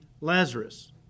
Lazarus